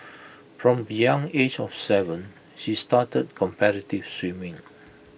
from the young age of Seven she started competitive swimming